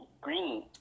Green